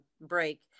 break